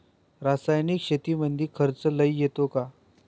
रासायनिक शेतीमंदी खर्च लई येतो का?